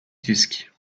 disque